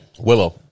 Willow